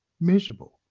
miserable